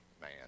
man